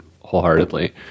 wholeheartedly